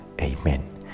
Amen